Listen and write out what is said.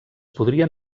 podrien